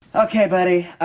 okay buddy